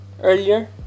earlier